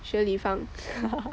食立方